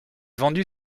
vendu